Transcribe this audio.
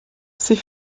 sie